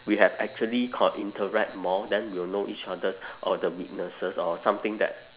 we have actually con~ interact more then we'll know each other's oh the weaknesses or something that